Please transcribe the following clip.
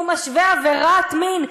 הוא משווה עבירת מין,